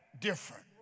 different